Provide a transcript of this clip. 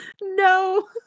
No